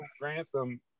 Grantham